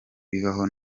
bibaho